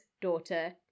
daughter